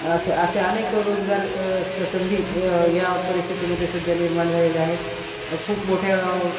असे असे अनेक रोजगारच्या संधी या परिस्थितीमध्येे सध्या निर्माण झालेल्या आहेत खूप मोठ्या